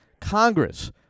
Congress